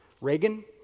Reagan